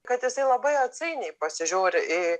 kad jisai labai atsainiai pasižiūri į